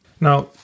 Now